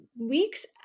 weeks